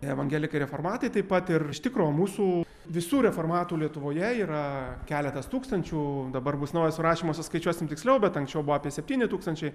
evangelikai reformatai taip pat ir iš tikro mūsų visų reformatų lietuvoje yra keletas tūkstančių dabar bus naujas surašymas suskaičiuosim tiksliau bet anksčiau buvo apie septyni tūkstančiai